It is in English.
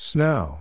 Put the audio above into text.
Snow